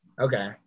Okay